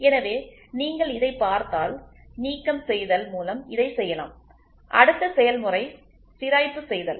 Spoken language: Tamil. எனவே நீங்கள் இதைப் பார்த்தால் நீக்கம் செய்தல் மூலம் இதைச் செய்யலாம் அடுத்த செயல்முறை சிராய்ப்பு செய்தல்